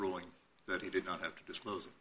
ruling that he did not have to disclose